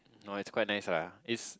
no it's quite nice lah it's